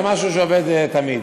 זה משהו שעובד תמיד.